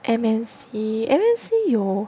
M_N_C M_N_C 有